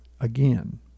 again